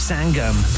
Sangam